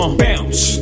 bounce